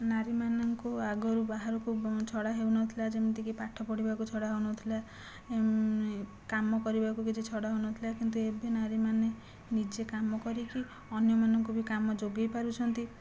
ନାରୀମାନଙ୍କୁ ଆଗରୁ ବାହାରକୁ ଛଡ଼ା ହେଉନଥିଲା ଯେମିତିକି ପାଠ ପଢ଼ିବାକୁ ଛଡ଼ା ହେଉନଥିଲା କାମ କରିବାକୁ କିଛି ଛଡ଼ା ହେଉନଥିଲା କିନ୍ତୁ ଏବେ ନାରୀମାନେ ନିଜେ କାମ କରିକି ଅନ୍ୟମାନଙ୍କୁ ବି କାମ ଯୋଗେଇ ପାରୁଛନ୍ତି